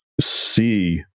see